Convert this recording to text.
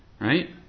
right